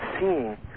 seeing